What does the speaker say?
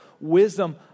wisdom